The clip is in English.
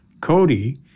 Cody